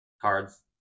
cards